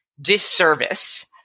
disservice